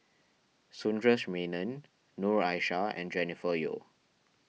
Sundaresh Menon Noor Aishah and Jennifer Yeo